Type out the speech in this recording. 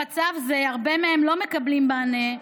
במצב זה, הרבה מהם לא מקבלים מענה,